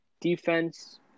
Defense